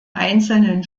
einzelnen